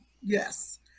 Yes